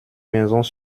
maisons